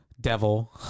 devil